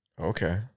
Okay